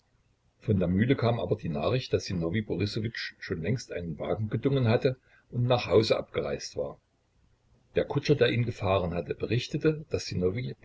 von der mühle kam aber die nachricht daß sinowij borissowitsch schon längst einen wagen gedungen hatte und nach hause abgereist war der kutscher der ihn gefahren hatte berichtete daß sinowij